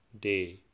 day